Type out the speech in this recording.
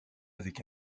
avec